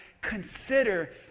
consider